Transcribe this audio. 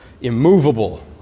immovable